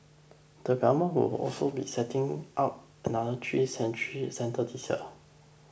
the Government will also be setting up another three centres this year